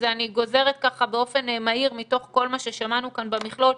ואני גוזרת ככה באופן מהיר מתוך כל מה ששמענו כאן במכלול,